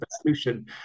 solution